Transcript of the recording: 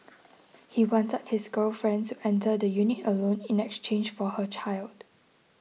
he wanted his girlfriend to enter the unit alone in exchange for her child